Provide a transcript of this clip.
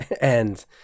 And-